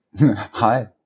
Hi